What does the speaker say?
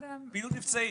פעילות מבצעית.